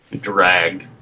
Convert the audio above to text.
dragged